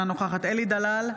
אינה נוכחת אלי דלל,